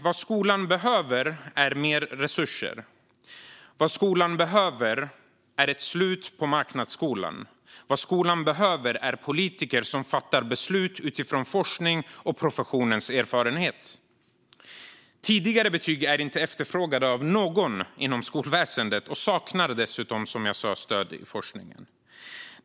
Vad skolan behöver är mer resurser. Vad skolan behöver är ett slut på marknadsskolan. Vad skolan behöver är politiker som fattar beslut utifrån forskning och professionens erfarenhet. Tidigare betyg är inte efterfrågade av någon inom skolväsendet och saknar dessutom, som jag sa, stöd i forskningen.